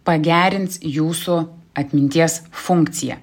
pagerins jūsų atminties funkciją